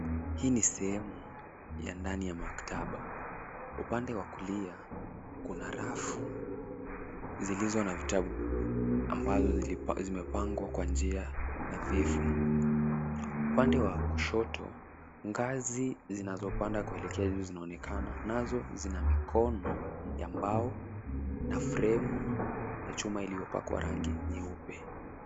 Hii ni sehemu ya ndani ya maktaba. Upande wa kulia kuna rafu zilizo na vitabu ambavyo vimepangwa kwa njia nadhifu. Upande wa kushoto, ngazi zinapanda kulekea juu zinaonekana. Nazo zina mikono ya mbao na fremu za chuma zilizopakwa rangi nyeupe.